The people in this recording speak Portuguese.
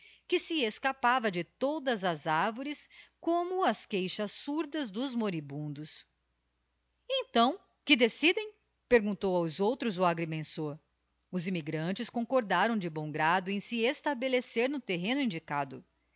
que se escapava de todas as arvores como as queixas surdas dos moribundos então que decidem perguntou aos outros o agrimensor os immigrantes concordaram de bom grado em se estabelecer no terreno indicado